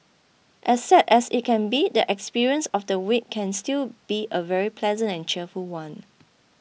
as sad as it can be the experience of the wake can still be a very pleasant and cheerful one